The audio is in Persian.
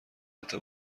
رابطه